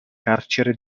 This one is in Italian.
carcere